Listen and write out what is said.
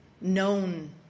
known